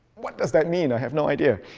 what does that mean? i have no idea.